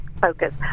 focus